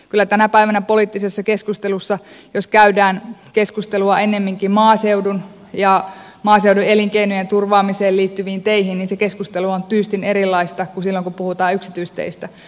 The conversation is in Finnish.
kyllä tänä päivänä poliittisessa keskustelussa jos käydään keskustelua ennemminkin maaseudun ja maaseudun elinkeinojen turvaamiseen liittyvistä teistä niin se keskustelu on tyystin erilaista kuin silloin kun puhutaan yksityisteistä